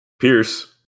Pierce